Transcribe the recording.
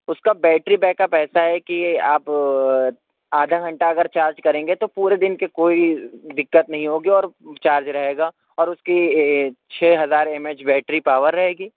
اس کا battery back up ایسا ہے کہ آپ آدھا گھنٹہ اگر چارج کریں گے تو پورے دن کی کوئی دقت نہیں ہوگی اور چارج رہے گا اور اس کی چھ ہزار ایم ایچ بیٹری پاور رہے گی